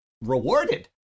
rewarded